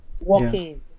walking